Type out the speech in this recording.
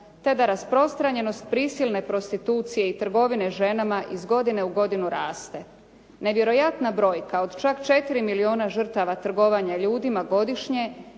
te da rasprostranjenost prisilne prostitucije i trgovine ženama iz godine u godinu raste. Nevjerojatna brojka od čak 4 milijuna žrtava trgovanja ljudima godišnje